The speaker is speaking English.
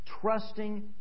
trusting